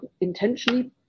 intentionally